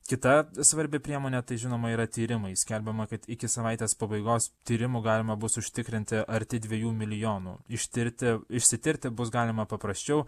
kita svarbi priemonė tai žinoma yra tyrimai skelbiama kad iki savaitės pabaigos tyrimų galima bus užtikrinti arti dvejų milijonų ištirti išsitirti bus galima paprasčiau